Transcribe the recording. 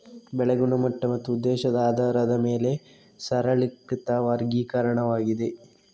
ಬೆಳೆ ಗುಣಮಟ್ಟ ಮತ್ತು ಉದ್ದೇಶದ ಆಧಾರದ ಮೇಲೆ ಸರಳೀಕೃತ ವರ್ಗೀಕರಣವಾಗಿದೆ